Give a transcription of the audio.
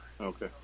Okay